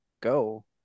go